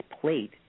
plate